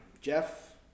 Jeff